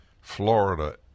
Florida